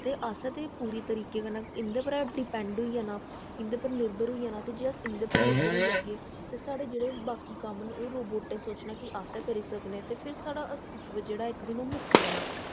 ते असें ते पूरे तरीके कन्नै इं'दे पर गै डिपैंड होई जाना इंदे पर निर्भर होई जाना ते जे अस इं'दे पर निर्भर होई जाह्गे ते साढ़े जेह्ड़े बाकी ओह् रोबोटैं सोचना कि अस करी सकने ते फिर साढ़ा जेह्ड़ा अस्तितव जेह्ड़ा ओह् मुक्की जाना